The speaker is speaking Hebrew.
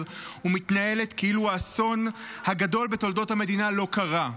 ומתנהלת כאילו האסון הגדול בתולדות המדינה לא קרה.